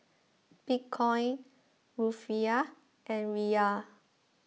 Bitcoin Rufiyaa and Riyal